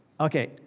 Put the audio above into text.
Okay